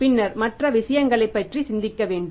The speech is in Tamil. பின்னர் மற்ற விஷயங்களைப் பற்றி சிந்திக்க வேண்டும்